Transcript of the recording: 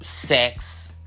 sex